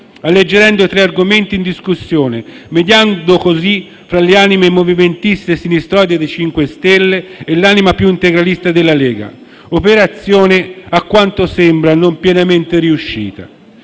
alleggerendo i tre argomenti in discussione, mediando così fra le anime movimentiste e sinistroidi del MoVimento 5 Stelle e l'anima più integralista della Lega, operazione, a quanto sembra, non pienamente riuscita.